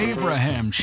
Abraham